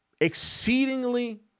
Exceedingly